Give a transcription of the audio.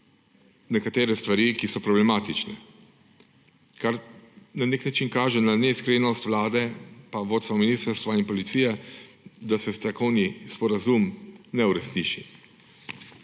nekatere stvari, ki so problematične, kar na nek način kaže na neiskrenost vlade, vodstva ministrstva in policije, da se stavkovni sporazum ne uresniči.